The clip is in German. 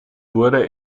wurde